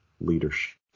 leadership